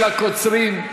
לטיבי.